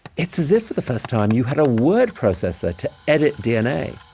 it's as if, for the first time, you had a word processor to edit dna.